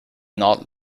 not